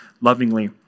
lovingly